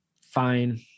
Fine